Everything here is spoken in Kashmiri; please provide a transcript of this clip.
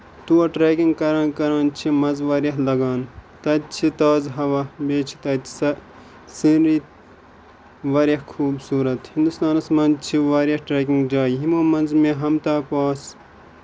تور ٹریکِنگ کران کران چھِ مَزٕ واریاہ لَگان تَتہِ چھِ تازٕ ہوا بیٚیہِ چھ تَتہِ سۄ سیٖنری واریاہ خوٗبصوٗرت ہِندوستانَس منٛز چھُ واریاہ ٹریکِنگ جایہِ یِمو منٛز مےٚ ہَمتا پاس